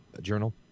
Journal